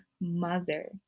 mother